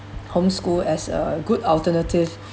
homeschool as a good alternative